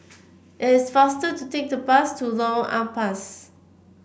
it is faster to take the bus to Lorong Ampas